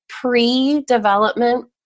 pre-development